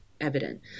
evident